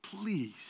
please